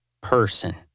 person